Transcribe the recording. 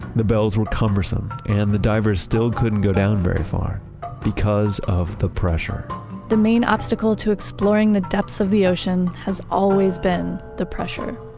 the bells were cumbersome and the divers still couldn't go down very far because of the pressure the main obstacle to exploring the depths of the ocean has always been the pressure